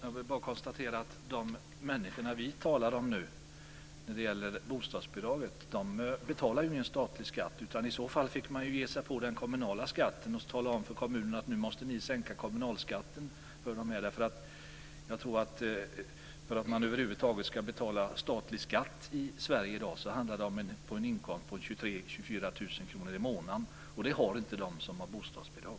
Fru talman! Jag konstaterar bara att de människor som vi talar om när det gäller bostadsbidraget betalar ju ingen statlig skatt. I så fall fick man ge sig på kommunerna och tala om för dem att de måste sänka kommunalskatten. För att man över huvud taget ska betala statlig skatt i Sverige i dag måste man ha en inkomst på 23 000-24 000 kr i månaden, och det har inte de som har bostadsbidrag.